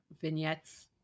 vignettes